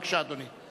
בבקשה, אדוני.